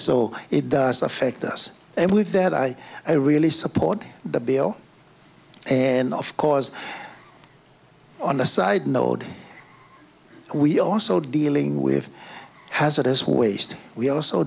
so it does affect us and with that i really support the bill and of course on a side note we also dealing with hazardous waste we also